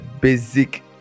basic